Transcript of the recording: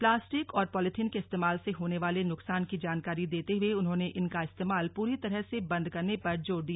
plastic और polythene के इस्तेमाल से होने वाले नुकसान की जानकारी देते हुए उन्होंने इनका इस्तेमाल पूरी तरह से बंद करने पर जोर दिया